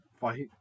fight